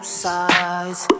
sides